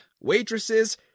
waitresses